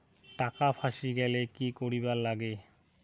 টাকা ফাঁসি গেলে কি করিবার লাগে?